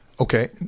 Okay